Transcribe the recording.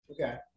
Okay